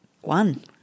one